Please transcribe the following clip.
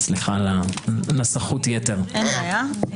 אין בעיה.